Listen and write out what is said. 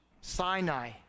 Sinai